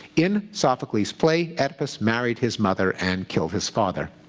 in sophocles play, oedipus married his mother and killed his father.